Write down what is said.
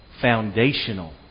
foundational